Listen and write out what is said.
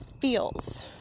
feels